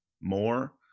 more